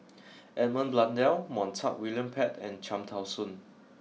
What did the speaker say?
Edmund Blundell Montague William Pett and Cham Tao Soon